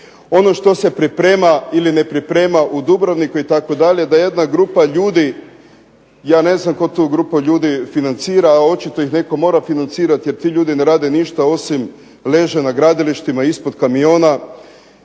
ono što se priprema ili ne priprema u Dubrovniku itd., da jedna grupa ljudi, ja ne znam tko tu grupu ljudi financira, a očito ih netko mora financirati, jer ti ljudi ne rade ništa osim leže na gradilištima, ispod kamiona,